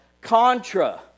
Contra